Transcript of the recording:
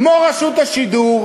כמו רשות השידור,